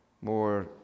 more